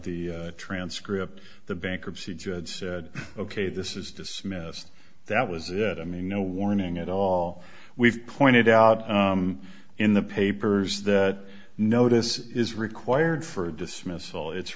the transcript the bankruptcy judge said ok this is dismissed that was it i mean no warning at all we've pointed out in the papers that notice is required for dismissal it's